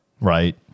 Right